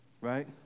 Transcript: right